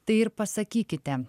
tai ir pasakykite